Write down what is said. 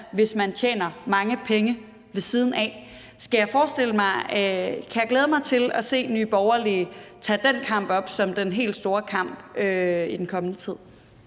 hvis man tjener mange penge ved siden af. Kan jeg glæde mig til at se Nye Borgerlige tage den kamp op som den helt store kamp i den kommende tid?